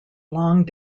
long